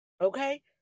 Okay